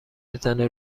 میزنه